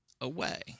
away